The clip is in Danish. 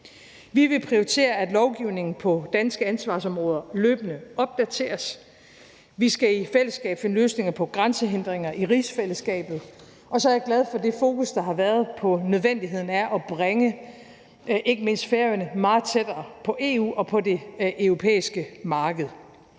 Vi vil prioritere, at lovgivningen på danske ansvarsområder løbende opdateres, vi skal i fællesskab finde løsninger på grænsehindringer i rigsfællesskabet, og så er jeg glad for det fokus, der har været på nødvendigheden af at bringe ikke mindst Færøerne meget tættere på EU og på det europæiske marked.